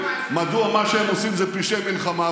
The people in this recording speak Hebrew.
מדוע מה שהם עושים זה פשעי מלחמה,